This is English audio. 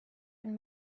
and